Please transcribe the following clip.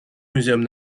muséum